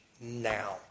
now